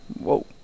Whoa